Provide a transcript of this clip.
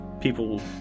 people